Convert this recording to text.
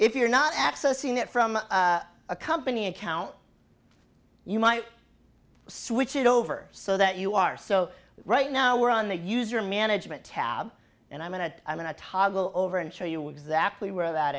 if you're not accessing it from a company account you might switch it over so that you are so right now we're on the user management tab and i'm going to i'm going to toggle over and show you exactly where that